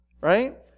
right